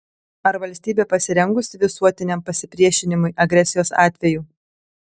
ar valstybė pasirengusi visuotiniam pasipriešinimui agresijos atveju